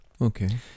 Okay